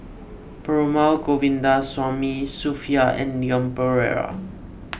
Perumal Govindaswamy Sophia and Leon Perera